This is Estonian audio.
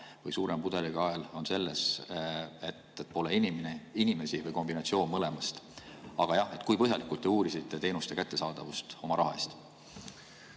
või suurem pudelikael on selles, et pole inimesi, või kombinatsioon mõlemast? Aga jah, kui põhjalikult te uurisite teenuste kättesaadavust oma raha